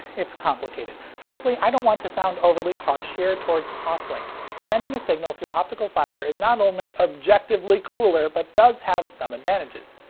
it's complicated. firstly, i don't want to sound overly harsh here towards toslink. sending a signal through optical fiber is not only objectively cooler, but does have some advantages.